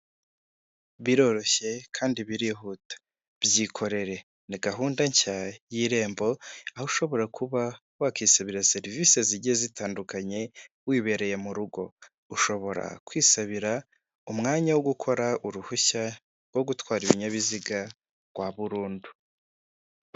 Biroroshye kandi birihuta, byikorere ni gahunda nshya y'irembo aho ushobora kuba wakwisabira serivisi zigiye zitandukanye wibereye mu rugo, ushobora kwisabira umwanya wo gukora uruhushya rwo gutwara ibinyabiziga rwa burundu.